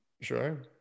Sure